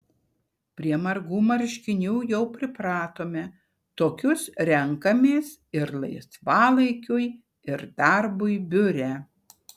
prie margų marškinių jau pripratome tokius renkamės ir laisvalaikiui ir darbui biure